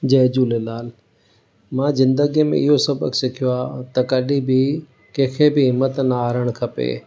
जय झूलेलाल मां ज़िंदगीअ में इहो सबक़ु सिखियो आहे त कॾहिं बि कंहिंखे बि हिमथ न हारणु खपे